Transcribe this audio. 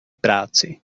práci